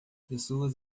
pessoas